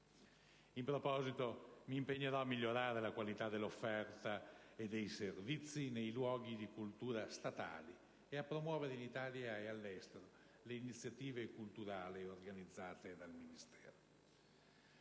In proposito, mi impegnerò a migliorare la qualità dell'offerta e dei servizi nei luoghi di cultura statali e a promuovere in Italia e all'estero le iniziative culturali organizzate dal Ministero.